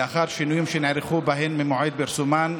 לאחר שינויים שנערכו בהן ממועד פרסומן,